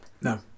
No